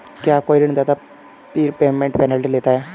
क्या कोई ऋणदाता प्रीपेमेंट पेनल्टी लेता है?